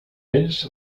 ells